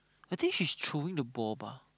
I think she's throwing the ball bah